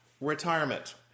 retirement